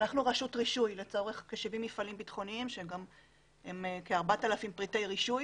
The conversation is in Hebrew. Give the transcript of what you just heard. אנחנו רשות רישוי לצורך כ-70 מפעלים ביטחוניים שהם כ-4,000 פריטי רישוי.